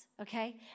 okay